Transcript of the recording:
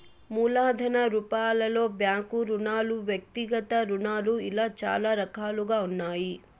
మూలధన రూపాలలో బ్యాంకు రుణాలు వ్యక్తిగత రుణాలు ఇలా చాలా రకాలుగా ఉన్నాయి